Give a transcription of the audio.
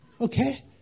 Okay